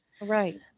Right